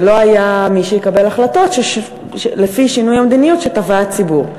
ולא היה מי שיקבל החלטות לפי שינוי המדיניות שתבע הציבור.